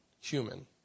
human